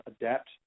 adapt